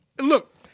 Look